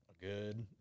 good